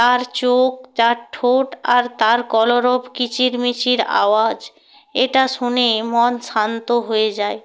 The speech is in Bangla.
তার চোখ তার ঠোঁট আর তার কলবর কিচির মিচির আওয়াজ এটা শুনে মন শান্ত হয়ে যায়